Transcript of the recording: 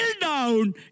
down